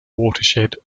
watershed